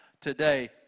today